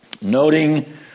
noting